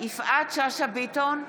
יפעת שאשא ביטון,